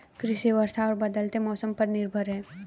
कृषि वर्षा और बदलते मौसम पर निर्भर है